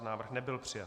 Návrh nebyl přijat.